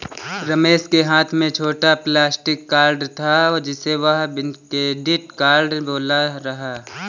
रमेश के हाथ में छोटा प्लास्टिक कार्ड था जिसे वह क्रेडिट कार्ड बोल रहा था